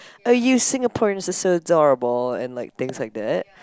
oh you Singaporeans are so adorable and like things like that